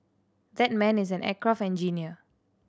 that man is an aircraft engineer